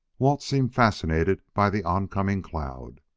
walt seemed fascinated by the oncoming cloud.